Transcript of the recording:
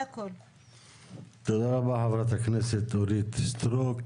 תודה רבה לחברת הכנסת אורית סטרוק.